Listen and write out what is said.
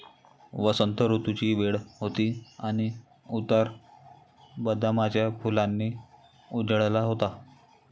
वसंत ऋतूची वेळ होती आणि उतार बदामाच्या फुलांनी उजळला होता